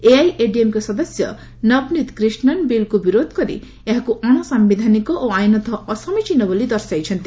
ଏଆଇଏଡିଏମ୍କେ ସଦସ୍ୟ ନବନୀତ କ୍ରିଷ୍ଣନ ବିଲ୍କୁ ବିରୋଧ କରି ଏହାକୁ ଅଣସାୟିଧାନିକ ଓ ଆଇନତଃ ଅସମୀଚିନ ବୋଲି ଦର୍ଶାଇଛନ୍ତି